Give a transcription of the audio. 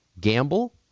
gamble